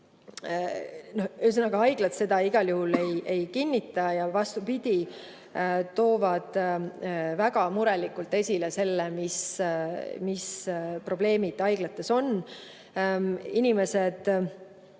... Ühesõnaga, haiglad seda igal juhul ei kinnita. Vastupidi, nad toovad väga murelikult esile selle, mis probleemid haiglates on. Inimesed